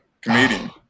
comedian